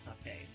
Okay